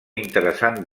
interessant